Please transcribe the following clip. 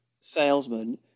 salesman